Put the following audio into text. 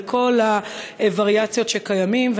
על כל הווריאציות שקיימות,